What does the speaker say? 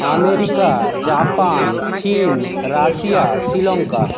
America Japan চীন Russia Sri Lanka